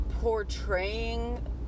portraying